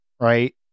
right